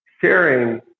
sharing